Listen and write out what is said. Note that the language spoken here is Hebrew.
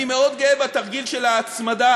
אני מאוד גאה בתרגיל של ההצמדה,